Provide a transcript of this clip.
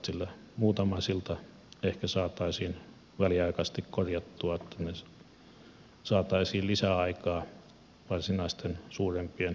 sillä muutama silta ehkä saataisiin väliaikaisesti korjattua että saataisiin lisäaikaa varsinaisten suurempien remonttien tekemiselle